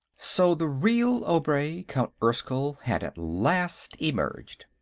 so the real obray, count erskyll, had at last emerged.